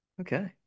okay